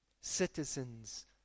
citizens